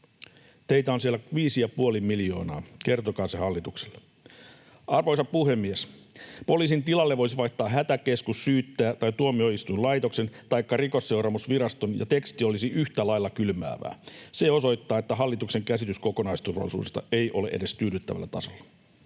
Teitä on siellä 5,5 miljoonaa, kertokaa se hallitukselle. Arvoisa puhemies! Poliisin tilalle voisi vaihtaa Hätäkeskus-, Syyttäjä- tai tuomioistuinlaitoksen taikka Rikosseuraamusviraston, ja teksti olisi yhtä lailla kylmäävää. Se osoittaa, että hallituksen käsitys kokonaisturvallisuudesta ei ole edes tyydyttävällä tasolla.